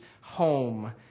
home